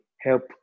help